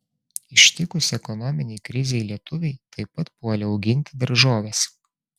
ištikus ekonominei krizei lietuviai taip pat puolė auginti daržoves